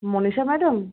Manisha madam